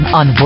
on